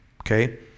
Okay